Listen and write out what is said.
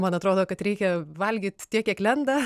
man atrodo kad reikia valgyt tiek kiek lenda